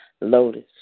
lotus